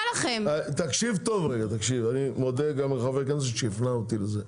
אני מודה גם לחבר הכנסת שהפנה אותי לזה,